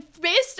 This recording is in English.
based